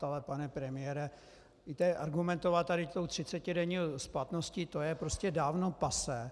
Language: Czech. Ale pane premiére, víte, argumentovat tady tou třicetidenní splatností, to je prostě dávno pasé.